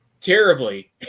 terribly